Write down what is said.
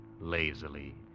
lazily